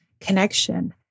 connection